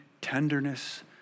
tenderness